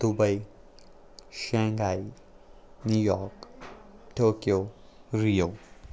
Dubai Shanghai New York Tokyo rio